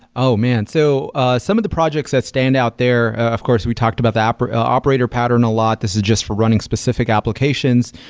oh, man. so ah some of the projects that stand out there, of course we talked about the operator operator pattern a lot. this is just for running specific applications.